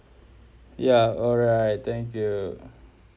ya alright thank you